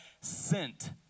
sent